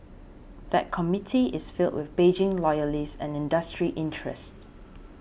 that committee is filled with Beijing loyalists and industry interests